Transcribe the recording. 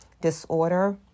disorder